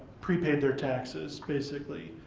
prepaid their taxes, basically.